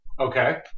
Okay